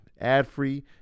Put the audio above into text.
ad-free